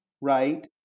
right